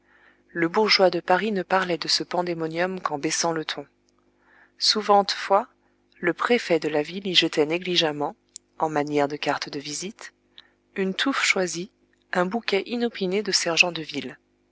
le bourgeois de paris ne parlait de ce pandémonium qu'en baissant le ton souvente fois le préfet de la ville y jetait négligemment en manière de carte de visite une touffe choisie un bouquet inopiné de sergents de ville